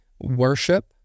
worship